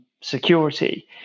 security